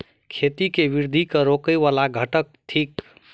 खेती केँ वृद्धि केँ रोकय वला घटक थिक?